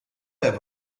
have